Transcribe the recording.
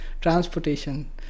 transportation